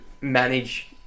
manage